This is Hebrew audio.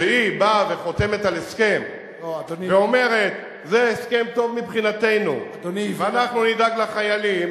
שבאה וחותמת על הסכם ואומרת: זה הסכם טוב מבחינתנו ואנחנו נדאג לחיילים,